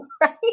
Right